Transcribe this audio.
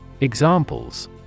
Examples